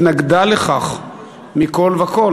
התנגדה לכך מכול וכול.